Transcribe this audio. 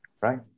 right